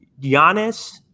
Giannis